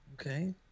Okay